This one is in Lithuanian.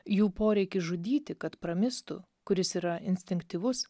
jų poreikis žudyti kad pramistų kuris yra instinktyvus